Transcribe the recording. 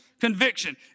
conviction